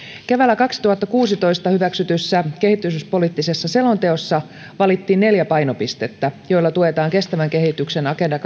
keväällä kaksituhattakuusitoista hyväksytyssä kehityspoliittisessa selonteossa valittiin neljä painopistettä joilla tuetaan kestävän kehityksen agenda